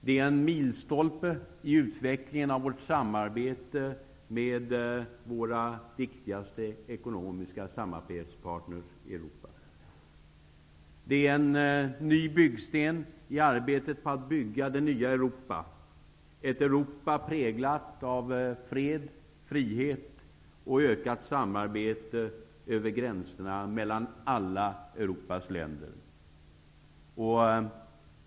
Det är en milstolpe i utvecklingen av vårt samarbete med våra viktigaste ekonomiska samarbetspartner i Europa. Det är en ny byggsten i arbetet på att bygga det nya Europa -- ett Europa präglat av fred, frihet och ökat samarbete över gränserna mellan alla Europas länder. Herr talman!